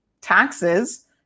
taxes